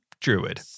Druid